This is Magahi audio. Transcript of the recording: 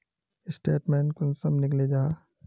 स्टेटमेंट कुंसम निकले जाहा?